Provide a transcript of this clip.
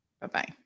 Bye-bye